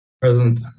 Present